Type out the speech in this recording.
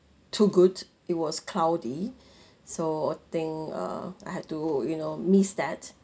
too good it was cloudy so think uh I had to you know miss that